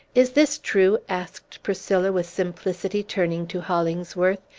is this true? asked priscilla with simplicity, turning to hollingsworth.